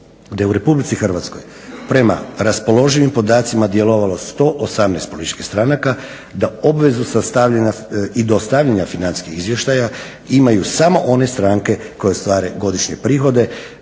da je u Republici Hrvatskoj prema raspoloživim podacima djelovalo 118 političkih stranaka, da obvezu sastavljanja i dostavljanja financijskih izvještaja imaju samo one stranke koje ostvare godišnje prihode